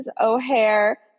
O'Hare